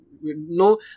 No